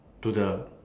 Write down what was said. to the